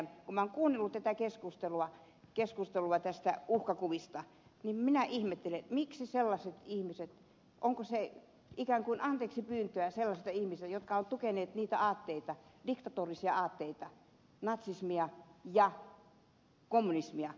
kun minä olen kuunnellut tätä keskustelua näistä uhkakuvista niin minä ihmettelen onko se ikään kuin anteeksipyyntöä sellaisilta ihmisiltä jotka ovat tukeneet niitä aatteita diktatorisia aatteita natsismia ja kommunismia